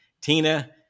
Tina